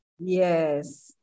yes